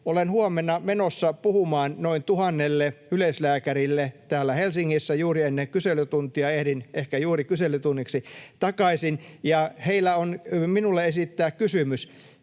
Olen huomenna menossa puhumaan noin tuhannelle yleislääkärille täällä Helsingissä juuri ennen kyselytuntia — ehdin ehkä juuri kyselytunniksi takaisin. Heillä on minulle esittää kysymys: